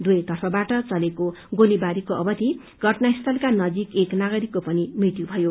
दुवै तर्फबाट चलेको गोलीबारीको अवधि घटनास्थलका नजीक एक नागरिकको पनि मृत्यु भयो